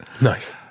nice